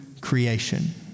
creation